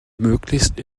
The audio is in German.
möglichst